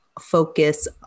focus